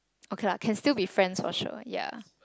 okay lah can still be friends for sure ya